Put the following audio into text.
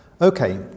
Okay